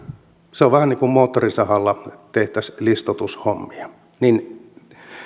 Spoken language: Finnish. se on vähän niin kuin moottorisahalla tehtäisiin listoitushommia